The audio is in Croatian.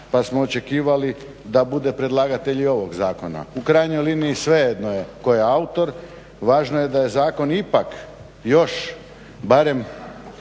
pa smo očekivali da bude predlagatelj i ovog zakona. U krajnjoj liniji svejedno je tko je autor. Važno je da je zakon ipak još barem